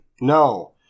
No